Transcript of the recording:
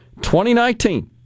2019